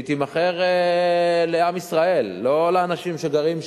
שיימכרו לעם ישראל, לא לאנשים שגרים שם.